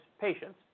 patients